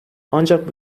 ancak